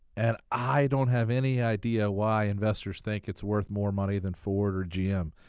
and i don't have any idea why investors think it's worth more money than ford or gm.